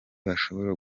bashobora